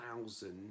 thousand